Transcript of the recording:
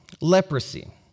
Leprosy